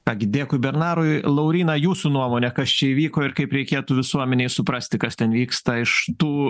ką gi dėkui bernarui lauryna jūsų nuomone kas čia įvyko ir kaip reikėtų visuomenei suprasti kas ten vyksta iš tų